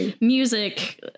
music